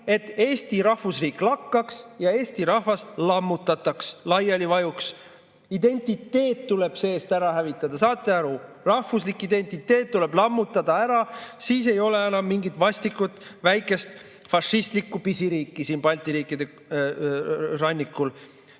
et Eesti rahvusriik lakkaks ja eesti rahvas lammutataks, laiali vajuks. Identiteet tuleb seest ära hävitada. Saate aru? Rahvuslik identiteet tuleb ära lammutada, siis ei ole enam mingit vastikut väikest fašistlikku pisiriiki siin Balti [mere] rannikul.